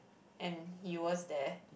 and he was there